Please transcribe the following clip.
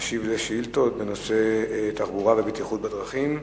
תשיב על השאילתות בנושאי תחבורה ובטיחות בדרכים.